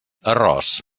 arròs